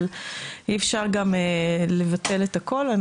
אבל אי אפשר גם לבטל את הכול.